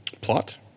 Plot